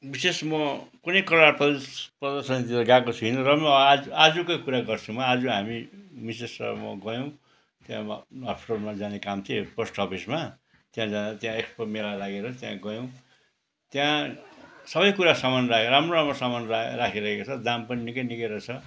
विशेष म कुनै करापल्स प्रदर्शनीतिर गएको छुइनँ र म आज आजको कुरा गर्छु म आज हामी मिसेस र म गयौँ त्यहाँ म आफ्टरनुनमा जाने काम थियो पोस्ट अफिसमा त्यहाँ जाँदा त्यहाँ एक्सपो मेला लागेर त्यहाँ गयौँ त्यहाँ सबैकुरा सामान राखे राम्रो राम्रो सामान राखिराको छ दाम पनि निकै निकै रहेछ